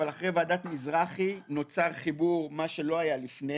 אבל אחרי ועדת מזרחי נוצר חיבור די מסודר שלא היה לפני,